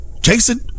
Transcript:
Jason